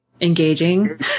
Engaging